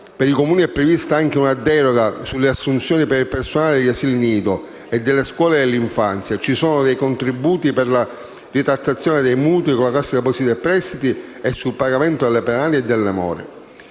Per i Comuni è prevista anche una deroga sulle assunzioni per il personale degli asili nido e delle scuole per l'infanzia, ci sono dei contributi per la ritrattazione dei mutui con la Cassa depositi e prestiti, sul pagamento delle penali e delle more.